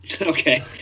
Okay